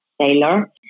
sailor